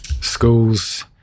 schools